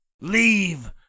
Leave